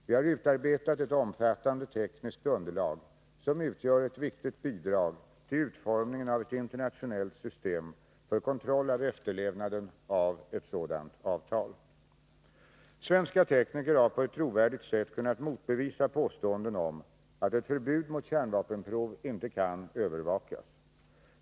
Vi har utarbetat ett omfattande tekniskt underlag som utgör ett viktigt bidrag till utformningen av ett internationellt system för kontroll av efterlevnaden av ett sådant avtal. Svenska tekniker har på ett trovärdigt sätt kunnat motbevisa påståenden om att ett förbud mot kärnvapenprov inte kan övervakas.